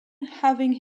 having